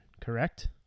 correct